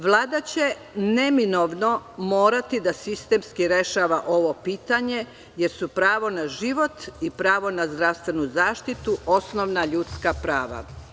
Vlada će neminovno morati da sistemski rešava ovo pitanje, jer su pravo na život i pravo na zdravstvenu zaštitu osnovna ljudska prava.